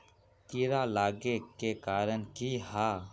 कीड़ा लागे के कारण की हाँ?